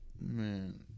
Man